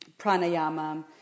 pranayama